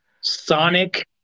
Sonic